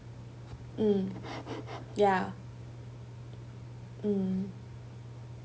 mm ya mm